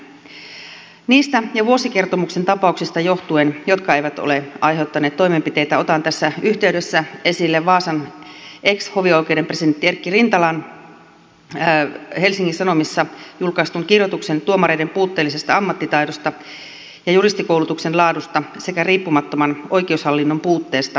johtuen niistä ja vuosikertomuksen tapauksista jotka eivät ole aiheuttaneet toimenpiteitä otan tässä yhteydessä esille vaasan ex hovioikeuden presidentti erkki rintalan helsingin sanomissa julkaistun kirjoituksen tuomareiden puutteellisesta ammattitaidosta ja juristikoulutuksen laadusta sekä riippumattoman oikeushallinnon puutteesta